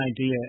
idea